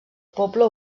poble